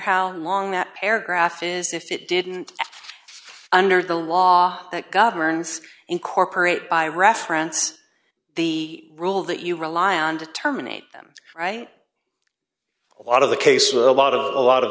how long that paragraph is if it didn't under the law that governs incorporate by reference the rule that you rely on to terminate them right out of the case with a lot of a lot of